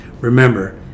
Remember